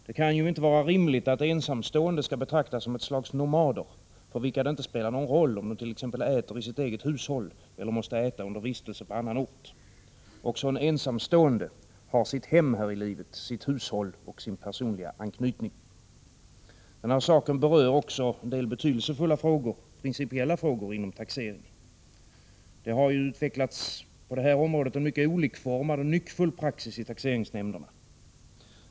Det kan ju inte vara rimligt att ensamstående skall betraktas som ett slags nomader för vilka det inte spelar någon roll om de t.ex. äter i sitt eget hushåll eller måste äta under vistelse på annan ort. Också en ensamstående har sitt hem här i livet, sitt hushåll och sin personliga anknytning. Den här frågan berör också en del betydelsefulla och principiella frågor inom taxeringen. Det har på detta område utvecklats en mycket olikformad och nyckfull praxis i taxeringsnämnderna.